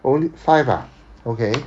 only five ah okay